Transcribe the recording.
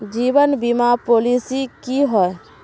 जीवन बीमा पॉलिसी की होय?